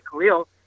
Khalil